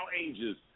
ages